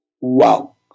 Wow